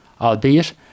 Albeit